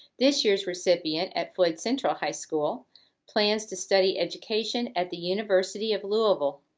this year's recipient at floyd central high school plans to study education at the university of louisville.